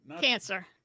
Cancer